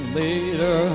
later